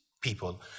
people